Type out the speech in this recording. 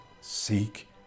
Seek